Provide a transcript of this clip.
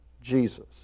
Jesus